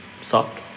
Sucked